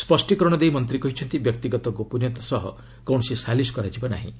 ସ୍ୱଷ୍ଟିକରଣ ଦେଇ ମନ୍ତ୍ରୀ କହିଛନ୍ତି ବ୍ୟକ୍ତିଗତ ଗୋପନୀୟତା ସହ କୌଣସି ସାଲିସ କରାଯିବ ନାହିଁ